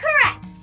correct